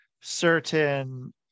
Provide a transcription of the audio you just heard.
certain